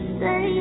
say